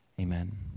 Amen